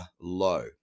low